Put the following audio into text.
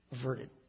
averted